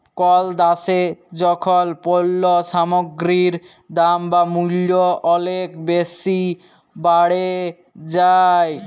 call দ্যাশে যখল পল্য সামগ্গির দাম বা মূল্য অলেক বেসি বাড়ে যায়